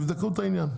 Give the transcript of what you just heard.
תבדקו את העניין.